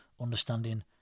Understanding